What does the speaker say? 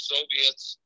Soviets